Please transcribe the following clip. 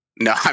No